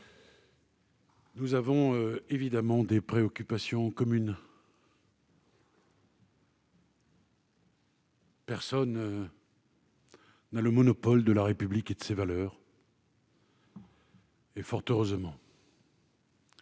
nous avons évidemment des préoccupations communes. Personne n'a le monopole de la République et de ses valeurs, fort heureusement.